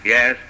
Yes